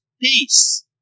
peace